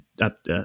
up